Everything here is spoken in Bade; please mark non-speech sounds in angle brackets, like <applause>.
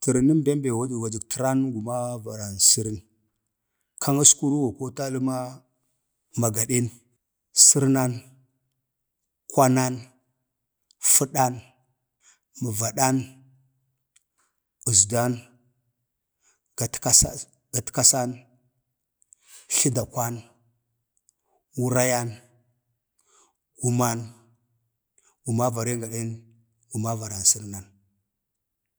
<unintelligible> badi dək təran gumaavaran sərən. kan əskuru wa kota li ma magadən, sərənan, kwanan, fədən, ma vadan, əzdan, gatkasan, tlədakwan, wurayan, guman, gumaa varo gadən, gumavaransərənan.